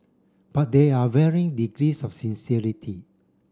but there are varying degrees of sincerity